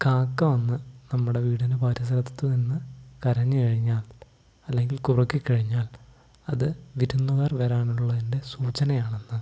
കാക്ക വന്നു നമ്മുടെ വീടിനു പരിസരത്തുനിന്നു കരഞ്ഞുകഴിഞ്ഞാൽ അല്ലെങ്കിൽ കുറുക്കിക്കഴിഞ്ഞാൽ അതു വിരുന്നുകാര് വരാനുള്ളതിൻ്റെ സൂചനയാണെന്ന്